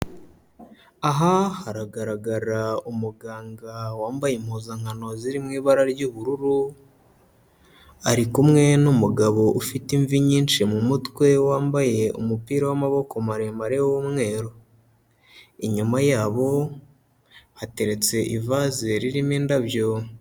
Aha haragaragara umuganga wambaye impuzankano ziri mu ibara ry'ubururu, ari kumwe n'umugabo ufite imvi nyinshi mu mutwe wambaye umupira w'amaboko maremare w'umweru. Inyuma yabo hateretse ivase ririmo indabyo.